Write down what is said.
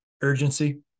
urgency